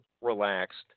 relaxed